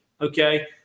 okay